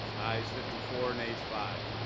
ayes fifty four, nays five.